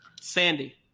Sandy